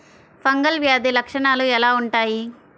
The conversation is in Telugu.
ఫంగల్ వ్యాధి లక్షనాలు ఎలా వుంటాయి?